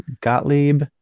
Gottlieb